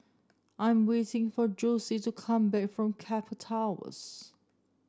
I am waiting for Jose to come back from Keppel Towers